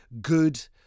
good